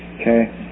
Okay